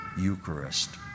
Eucharist